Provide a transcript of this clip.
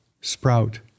sprout